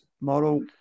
model